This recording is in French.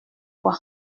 quoi